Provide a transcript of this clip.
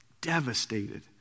devastated